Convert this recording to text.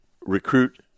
Recruit